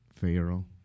Pharaoh